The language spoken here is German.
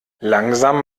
langsam